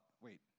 Wait